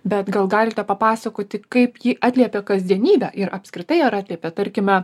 bet gal galite papasakoti kaip ji atliepė kasdienybę ir apskritai ar atliepė tarkime